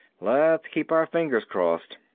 let's keep our fingers crossed.